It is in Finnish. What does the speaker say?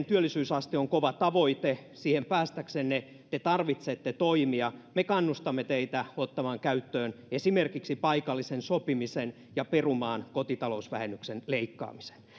työllisyysaste on kova tavoite siihen päästäksenne te tarvitsette toimia me kannustamme teitä ottamaan käyttöön esimerkiksi paikallisen sopimisen ja perumaan kotitalousvähennyksen leikkaamisen